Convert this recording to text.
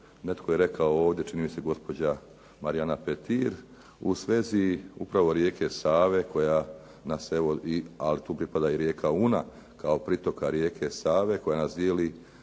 netko je rekao ovdje čini mi se gospođa Marijana Petir u svezi upravo rijeke Save koja nas evo, ali tu pripada i rijeka Una kao pritoka rijeke Save koja nas dijeli